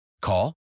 Call